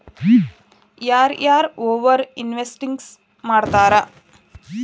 ಯಾರ ಯಾರ over investing ಮಾಡ್ತಾರಾ